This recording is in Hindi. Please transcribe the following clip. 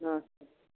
नमस्ते